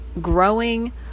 growing